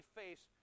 face